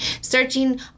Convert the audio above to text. searching